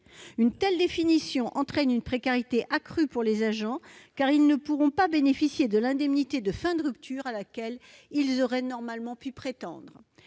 Une telle définition accroît la précarité subie par les agents, car ils ne pourront pas bénéficier de l'indemnité de fin de rupture à laquelle ils auraient normalement pu prétendre.